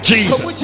Jesus